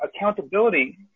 accountability